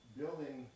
building